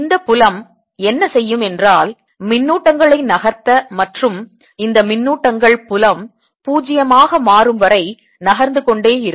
இந்த புலம் என்ன செய்யும் என்றால் மின்னூட்டங்களை நகர்த்த மற்றும் இந்த மின்னூட்டங்கள் புலம் பூஜ்ஜியமாக மாறும் வரை நகர்ந்துகொண்டே இருக்கும்